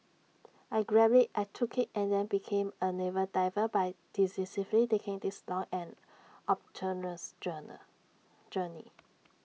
I grabbed IT I took IT and then became A naval diver by decisively taking this long and arduous journal journey